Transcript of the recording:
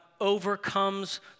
overcomes